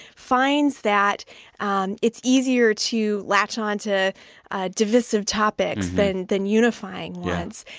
finds that and it's easier to latch onto divisive topics than than unifying ones.